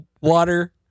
Water